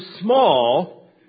small